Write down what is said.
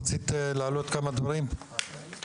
רציתי להתייחס דווקא לחוק המצלמות.